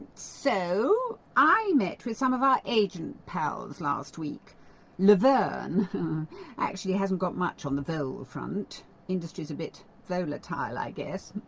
so i met with some of our agent pals last week laverne actually hasn't got much on the vole front the industry's a bit vole-atile i guess,